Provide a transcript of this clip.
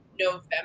November